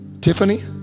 Tiffany